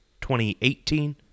2018